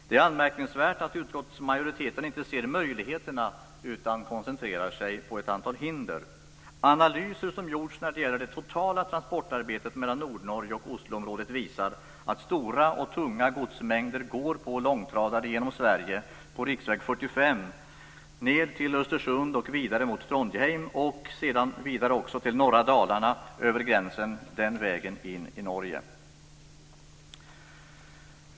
Det är anmärkningsvärt att utskottsmajoriteten inte ser möjligheterna utan koncentrerar sig på ett antal hinder. Analyser som gjorts när det gäller det totala transportarbetet mellan Nordnorge och Osloområdet visar att stora och tunga godsmängder går på långtradare genom Sverige på riksväg 45 ned till Östersund och vidare mot Trondheim och också till norra Dalarna och över gränsen den vägen in i Norge.